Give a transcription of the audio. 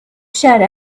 shut